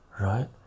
right